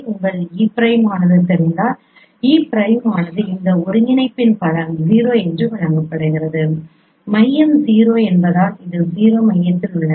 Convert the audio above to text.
உங்கள் e பிரைமானது தெரிந்ததால் e பிரைமானது இந்த ஒருங்கிணைப்பின் படம் ௦ என்று வழங்கப்படுகிறது மையம் 0 என்பதால் அது ௦ மையத்தில் உள்ளது